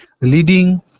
leading